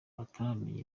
bataramenya